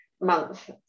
month